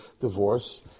divorce